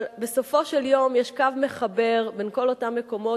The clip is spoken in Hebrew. אבל בסופו של יום יש קו מחבר בין כל אותם מקומות